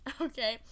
Okay